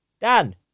Dan